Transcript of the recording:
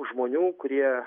žmonių kurie